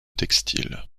textile